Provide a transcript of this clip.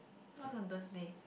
what's on Thursday